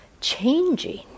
changing